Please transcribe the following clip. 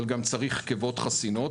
אבל גם צריך קיבות חסינות,